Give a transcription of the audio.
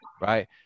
right